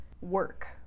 work